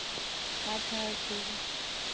ᱟᱪᱪᱷᱟ ᱦᱳᱭ ᱴᱷᱤᱠ ᱜᱮᱭᱟ